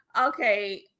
Okay